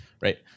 right